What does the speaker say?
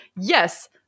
yes